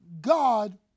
God